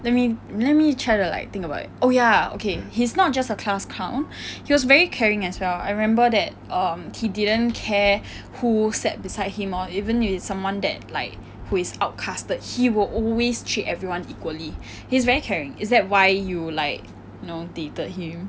let me let me try to think about it oh ya okay he's not just a class clown he was very caring as well I remember that he didn't care who sat beside him or even if it's someone that like who is outcasted he will always treat everyone equally he's very caring is that why you like know dated him